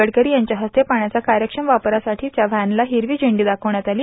गडकरी यांच्या हस्ते पाण्याच्या कार्यक्षम वापरासाठीच्या व्हॅनला हिरवी झेंडी दाखवण्यात आली